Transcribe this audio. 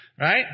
right